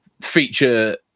feature